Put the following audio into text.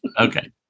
okay